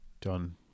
done